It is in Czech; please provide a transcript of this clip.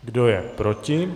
Kdo je proti?